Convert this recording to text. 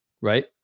right